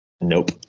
Nope